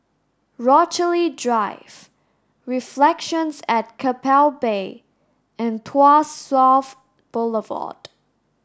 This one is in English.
Rochalie Drive Reflections at Keppel Bay and Tuas South Boulevard